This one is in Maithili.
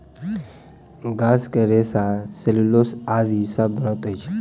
गाछ के रेशा सेल्यूलोस आदि सॅ बनैत अछि